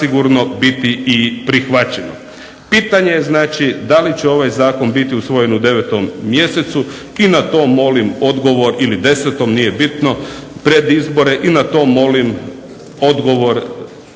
Pitanje je znači da li će ovaj zakon biti usvojen u 9 mjesecu i na to molim odgovor ili 10, nije bitno, pred izbore, i na to molim odgovor